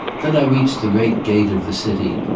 then i reach the great gate of the city,